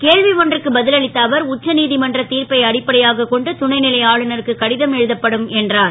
கேள்வி ஒன்றுக்கு ப ல் அளித்த அவர் உச்சநீ மன்ற திர்ப்பை அடிப்படையாகக் கொண்டு துணை லை ஆளுநருக்கு கடிதம் எழுதப்படும் என்றார்